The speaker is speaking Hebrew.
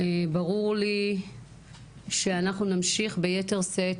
ברור לי שאנחנו נמשיך ביתר שאת,